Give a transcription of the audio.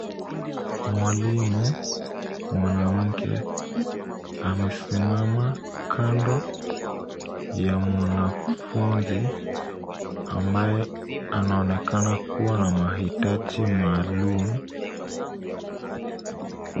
Mwalimu mwanamke amesimama kando ya mwanafunzi ambaye anaonekana kuwa na mahitaji maalum.